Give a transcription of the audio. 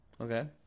Okay